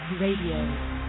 Radio